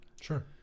Sure